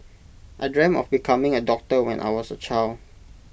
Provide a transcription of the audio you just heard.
I dreamt of becoming A doctor when I was A child